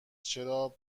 چرا